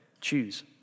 choose